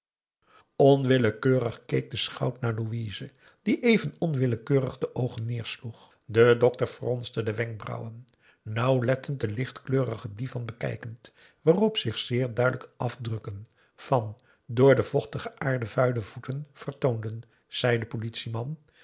onwillekeurig keek de schout naar louise die even onwillekeurig de oogen neersloeg de dokter fronste de wenkbrauwen nauwlettend den lichtkleurigen divan bekijkend waarop zich zeer duidelijk afdrukken van door de vochtige aarde vuile voeten vertoonden zeide de politieman